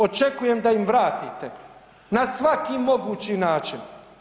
Očekujem da im vratite na svaki mogući način.